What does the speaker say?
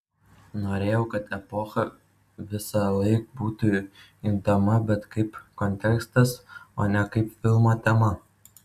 norėjau kad epocha visąlaik būtų juntama bet kaip kontekstas o ne kaip filmo tema